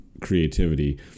creativity